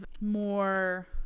more